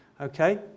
okay